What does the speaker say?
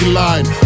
line